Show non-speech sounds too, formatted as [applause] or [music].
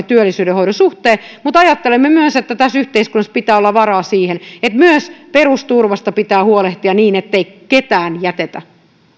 [unintelligible] työllisyyden hoidon suhteen mutta ajattelemme myös että tässä yhteiskunnassa pitää olla varaa siihen että myös perusturvasta pitää huolehtia niin ettei ketään jätetä